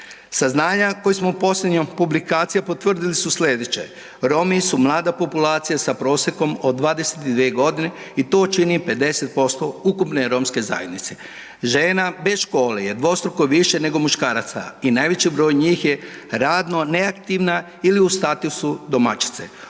Saznanja koja smo posljednjom publikacijom potvrdili su sljedeće - Romi su mlada populacija sa prosjekom sa 22 godine i to čini 50% ukupne Romske zajednice. Žena bez škole je dvostruko više nego muškaraca. I najveći broj njih je radno neaktivna ili u statusu domaćice.